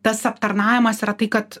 tas aptarnavimas yra tai kad